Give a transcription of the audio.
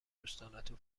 دوستانتو